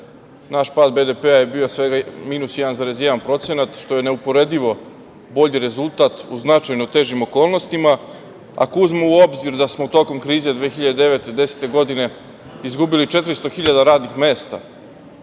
naš pad BDP-a je bio svega minus 1,1% što je neuporedivo bolji rezultat u značajno težim okolnostima. Ako, uzmemo u obzir da smo tokom krize 2009. i 2010. godine izgubili 400.000 radnih mesta,